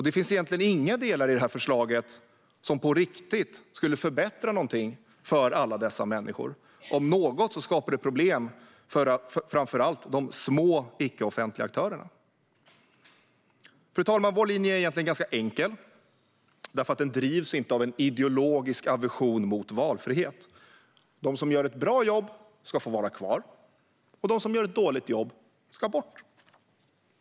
Det finns egentligen inga delar i förslaget som på riktigt skulle förbättra någonting för alla dessa människor. Om något skapar det problem för framför allt de små icke-offentliga aktörerna. Fru talman! Vår linje är egentligen ganska enkel därför att den inte drivs av en ideologisk aversion mot valfrihet: De som gör ett bra jobb ska få vara kvar. De som gör ett dåligt jobb ska bort.